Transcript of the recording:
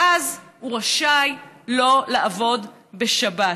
ואז הוא רשאי שלא לעבוד בשבת,